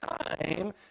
time